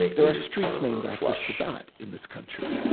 there are streets named after sadat in this country.